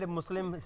Muslim